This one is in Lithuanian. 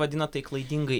vadina tai klaidingai